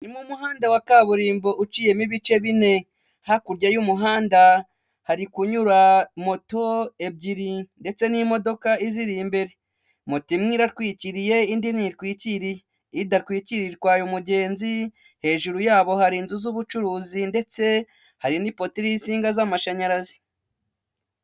Ni umuhanda wa kaburimbo uciyemo ibice bine, hakurya y'umuhanda hari kunyura moto ebyiri ndetse n'imodoka iziri imbere, moti imwe iratwikiriye indi ntitwikiriye, idatwikiriye itwaye umugenzi, hejuru yabo hari inzu z'ubucuruzi ndetse hari n'ipoto iriho insinga z'amashanyarazi.